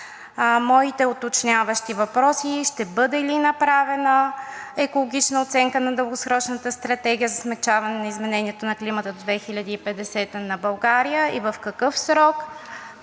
Моите уточняващи въпроси: ще бъде ли направена екологична оценка на Дългосрочната стратегия за смекчаване на изменението на климата до 2050 г. на България и в какъв срок?